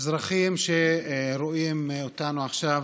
האזרחים שרואים אותנו עכשיו,